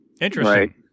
Interesting